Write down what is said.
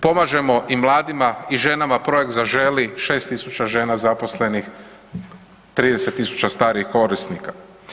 Pomažemo i mladima i ženama, Projekt Zaželi, 6.000 žena zaposlenih, 30.000 starijih korisnika.